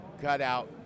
cutout